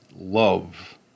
love